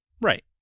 Right